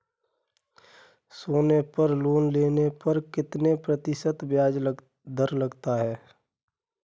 सोनी पर लोन लेने पर कितने प्रतिशत ब्याज दर लगेगी?